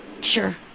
Sure